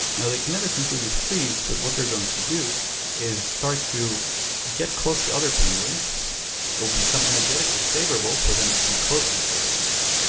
now, they can never completely freeze but what they're going to do is start to get close to other penguins and it will become energetically favorable for them to be close to each other and kind of, you